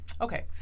Okay